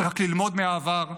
צריך רק ללמוד מהעבר,